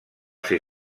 ser